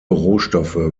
rohstoffe